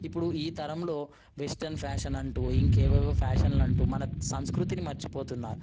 ఇప్పుడు ఈ తరంలో వెస్ట్రన్ ఫ్యాషన్ అంటు ఇంకేవేవో ఫ్యాషన్లు అంటు మన సంస్కృతిని మర్చిపోతున్నారు